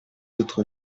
autres